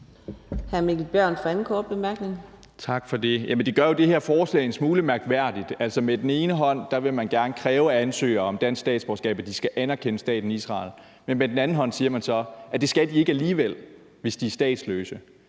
det her forslag en smule mærkværdigt. På den ene side vil man gerne kræve af ansøgere om dansk statsborgerskab, at de skal anerkende staten Israel, men på den anden side siger man så, at de ikke skal alligevel, hvis de er statsløse.